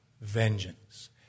vengeance